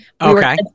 Okay